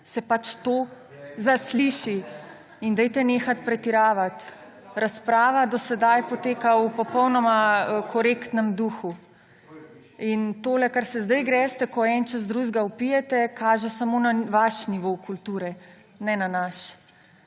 se pač to zasliši. In nehajte pretiravati. Razprava do sedaj poteka v popolnoma korektnem duhu. To, kar se zdaj greste, ko en čez drugega vpijete, kaže samo na vaš nivo kulture, ne na naš.